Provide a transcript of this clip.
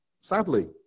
Sadly